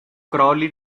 crawley